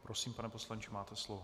Prosím, pane poslanče, máte slov.